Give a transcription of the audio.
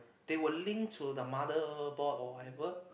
they will link to the mother board or whatever